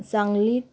सांगलीत